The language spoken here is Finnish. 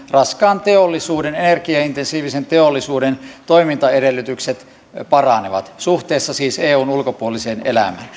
raskaan teollisuuden energiaintensiivisen teollisuuden toimintaedellytykset paranevat siis suhteessa eun ulkopuoliseen elämään